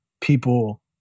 people